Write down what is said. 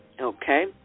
Okay